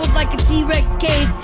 like a t rex caged.